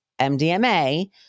MDMA